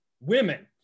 women